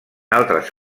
altres